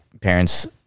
parents